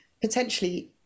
potentially